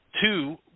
Two